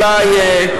אולי,